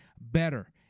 better